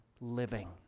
living